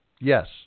Yes